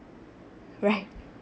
right